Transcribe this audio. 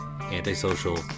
Antisocial